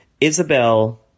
Isabel